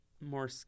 more